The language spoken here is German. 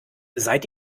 seid